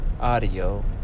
audio